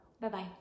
Bye-bye